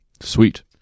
Sweet